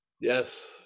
Yes